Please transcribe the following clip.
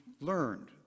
learned